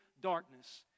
darkness